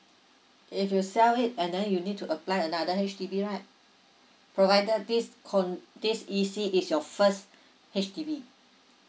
if you sell it and then you need to apply another H_D_B right provided this con~ this E_C is your first H_D_B